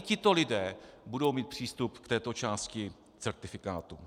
Tito lidé budou mít přístup k této části certifikátu.